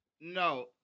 No